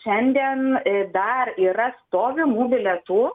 šiandien dar yra stovimų bilietų